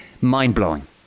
mind-blowing